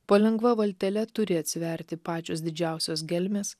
po lengva valtele turi atsiverti pačios didžiausios gelmės